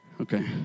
okay